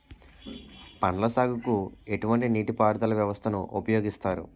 పండ్ల సాగుకు ఎటువంటి నీటి పారుదల వ్యవస్థను ఉపయోగిస్తారు?